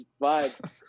vibe